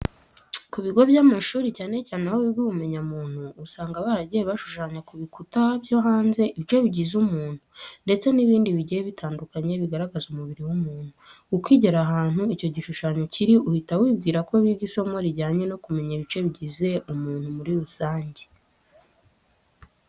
Ku bigo by'amashuri cyane cyane aho biga ubumenyamuntu, usanga baragiye bashushanya ku bikuta byo hanze ibice bigize umuntu ndetse n'ibindi bigiye bitandukanye bigaragaza umubiri w'umuntu. Ukigera ahantu icyo gishushanyo kiri uhita wibwira ko biga isomo rijyanye no kumenya ibice bigize umuntu muri rusange.